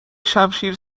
شمشیر